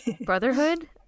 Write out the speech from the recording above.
Brotherhood